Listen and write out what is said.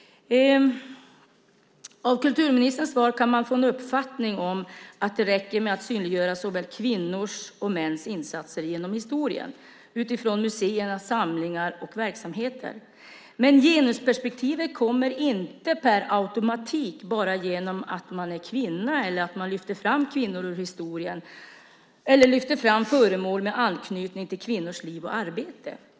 Av kulturministerns svar kan man få en uppfattning att det räcker med att synliggöra såväl kvinnors som mäns insatser genom historien utifrån museernas samlingar och verksamheter. Men genusperspektivet kommer inte per automatik genom att man är kvinna, genom att man lyfter fram kvinnor ur historien eller lyfter fram föremål med anknytning till kvinnors liv och arbete.